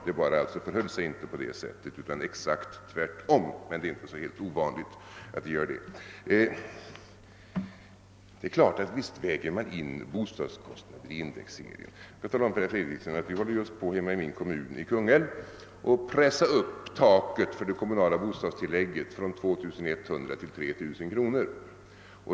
Det förhöll sig bara inte på det sättet utan exakt tvärtom — det är inte så ovanligt att det gör det! Visst väger man in bostadskostnaderna i indexserien. Jag kan tala om för herr Fredriksson att vi i min hemkommun, Kungälv, håller på att pressa upp taket för det kommunala bostadstillägget från 2100 till 3 000 kronor.